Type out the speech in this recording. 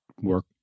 work